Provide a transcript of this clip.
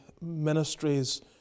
ministries